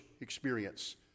experience